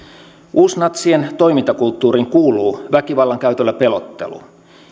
uusnatsien toimintakulttuuriin kuuluu väkivallan käytöllä pelottelu